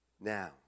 now